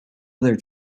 other